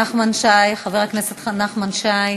חבר הכנסת נחמן שי